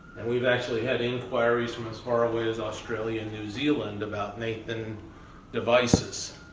and we've actually had inquiries from as far away as australia and new zealand about nathan devices.